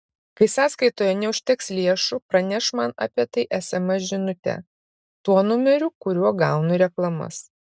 kai sąskaitoje neužteks lėšų praneš man apie tai sms žinute tuo numeriu kuriuo gaunu reklamas